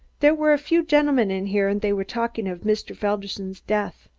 there were a few gentlemen in here and they were talking of mr. felderson's death.